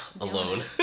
Alone